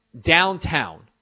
downtown